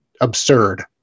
absurd